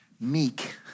meek